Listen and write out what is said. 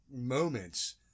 moments